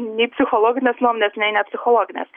nei psichologinės nuomonės nei ne psichologinės